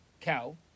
cow